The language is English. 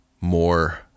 more